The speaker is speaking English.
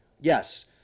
Yes